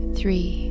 three